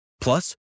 Plus